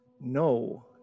No